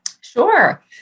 Sure